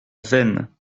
veynes